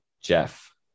Jeff